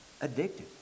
addicted